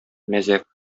мәзәк